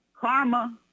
karma